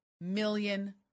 million